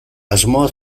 asmoa